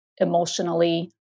emotionally